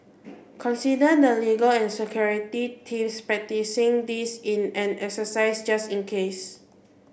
consider the legal and security teams practising this in an exercise just in case